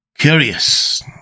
Curious